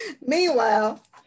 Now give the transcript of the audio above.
Meanwhile